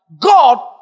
God